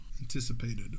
anticipated